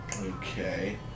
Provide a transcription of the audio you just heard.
Okay